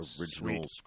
original